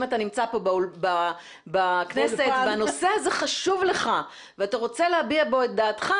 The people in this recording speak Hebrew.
אם אתה נמצא פה בכנסת והנושא הזה חשוב לך ואתה רוצה להביע בו את דעתך,